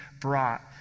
brought